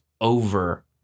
over